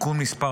(תיקון מס'